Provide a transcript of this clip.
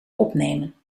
opnemen